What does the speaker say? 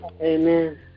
Amen